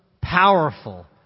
powerful